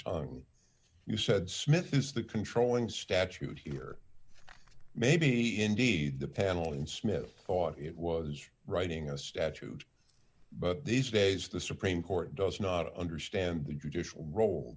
the you said smith is the controlling statute or maybe indeed the panel and smith thought it was writing a statute but these days the supreme court does not understand the judicial role